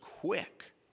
quick